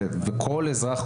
וכל אזרח,